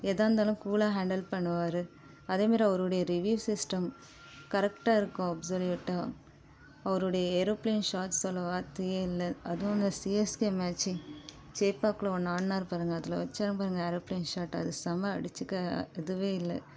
எதாக இருந்தாலும் கூலாக ஹேண்டில் பண்ணுவார் அதே மாதிரி அவருடைய ரிவியூ சிஸ்டம் கரெக்டாக இருக்கும் அப்சொல்யூட்டாக அவருடைய ஏரோப்ளேன் ஷாட் சொல்ல வார்த்தையே இல்லை அதுவும் அந்த சிஎஸ்கே மேட்ச்சி சேப்பாக்ல ஒன்று ஆட்னார் பாருங்கள் அதில் வச்சார் பாருங்கள் ஏரோப்ளேன் ஷாட்டு அது செம்ம அடிச்சிக்க இதுவே இல்லை